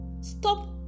stop